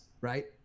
right